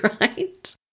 right